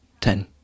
Ten